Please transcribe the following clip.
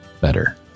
better